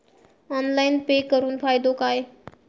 Online pay करुन फायदो काय?